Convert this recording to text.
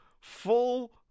full